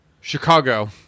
Chicago